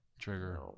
Trigger